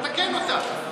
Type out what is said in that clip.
תתקן אותה.